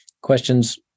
questions